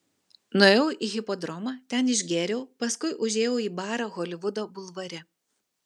nuėjau į hipodromą ten išgėriau paskui užėjau į barą holivudo bulvare